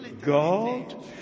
God